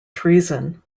treason